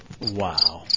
Wow